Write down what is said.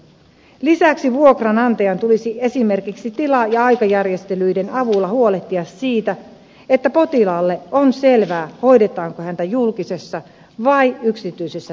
lisäksi vuokranantajan tulisi esimerkiksi tila ja aikajärjestelyiden avulla huolehtia siitä että potilaalle on selvää hoidetaanko häntä julkisessa vai yksityisessä terveydenhuollossa